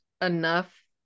enough